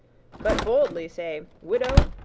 but boldly say, widow,